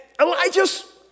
Elijah's